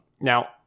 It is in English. Now